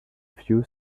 few